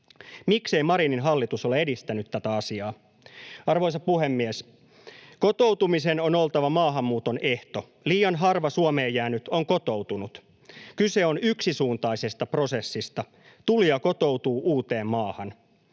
Miksei Marinin hallitus ole edistänyt tätä asiaa? Arvoisa puhemies! Kotoutumisen on oltava maahanmuuton ehto. Liian harva Suomeen jäänyt on kotoutunut. Kyse on yksisuuntaisesta prosessista: tulija kotoutuu uuteen maahan.